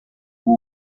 who